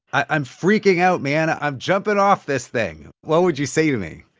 i'm freaking out, man i'm jumping off this thing. what would you say to me?